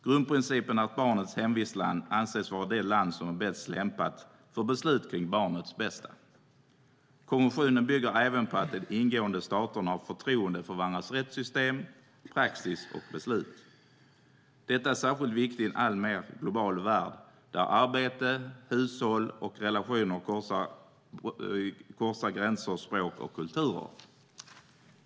Grundprincipen är att barnets hemvistland anses vara det land som är bäst lämpat för beslut om barnets bästa. Konventionen bygger även på att de ingående staterna har förtroende för varandras rättssystem, praxis och beslut. Detta är särskilt viktigt i en alltmer global värld där arbete, hushåll och relationer korsar gränser, språk och kulturer.